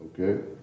Okay